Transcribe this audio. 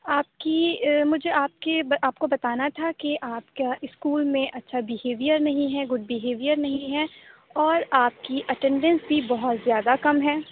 آپ کی مجھے آپ کی آپ کو بتانا تھا کہ آپ کا اسکول میں اچھا بہیویئر نہیں ہے گڈ بہیویئر نہیں ہے اور آپ کی اٹینڈنس بھی بہت زیادہ کم ہیں